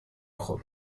خوب